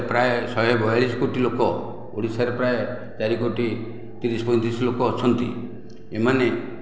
ପ୍ରାୟ ଶହେ ବୟାଳିଶ କୋଟି ଲୋକ ଓଡ଼ିଶାରେ ପ୍ରାୟ ଚାରି କୋଟି ତିରିଶ ପଇଁତିରିଶ ଲୋକ ଅଛନ୍ତି ଏମାନେ